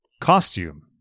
costume